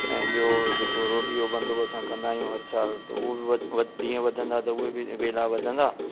ऐं ॿियो जेको रोटी जो बंदोबस्तु असां कंदा आहियूं हर सालु त उहो बि ॾींहं वधंदा त उहे बि वेला वधंदा